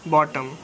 Bottom